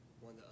One